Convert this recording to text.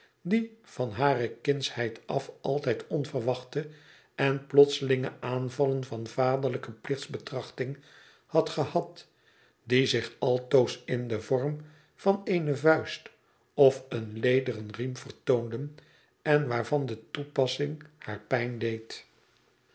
die van hare kindsheid af altijd onverwachte en plotselinge aanvallen van vaderlijke plichtsbetrachting had gehad die zich altoos in den vorm van eene vuist of een lederen riem vertoonden en waarvan de toepassing haar pijn deed